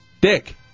Dick